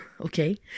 okay